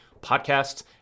podcasts